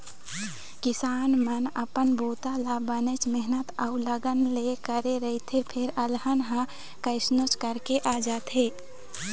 किसान मन अपन बूता ल बनेच मेहनत अउ लगन ले करे रहिथे फेर अलहन ह कइसनो करके आ जाथे